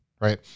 Right